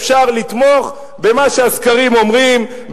אפשר לתמוך במה שהסקרים אומרים,